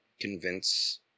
convince